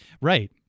Right